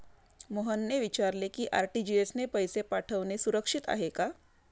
मोहनने विचारले की आर.टी.जी.एस ने पैसे पाठवणे सुरक्षित आहे का?